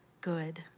good